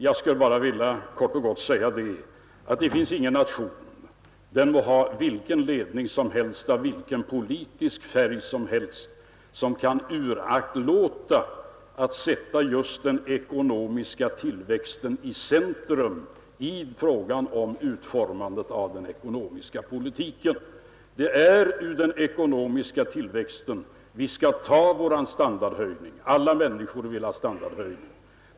Jag vill därför nu bara kort och gott säga att det inte finns någon nation, den må ha vilken ledning som helst av vilken politisk färg som helst, som kan underlåta att sätta just den ekonomiska tillväxten i centrum när det gäller utformningen av den ekonomiska politiken. Det är ur den ekonomiska tillväxten vi skall ta vår standardhöjning, och alla människor vill ha en standardhöjning.